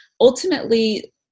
ultimately